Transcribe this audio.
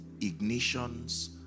ignitions